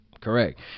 correct